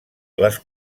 les